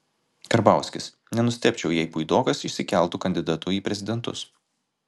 karbauskis nenustebčiau jei puidokas išsikeltų kandidatu į prezidentus